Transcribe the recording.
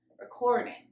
recording